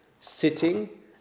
sitting